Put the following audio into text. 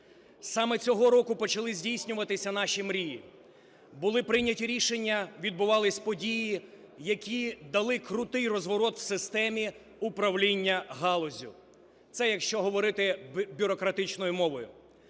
Саме цього року почали здійснюватися наші мрії. Були прийняті рішення, відбувалися події, які дали крутий розворот у системі управління галуззю. Це якщо говорити бюрократичною мовою.